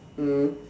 mm